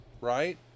right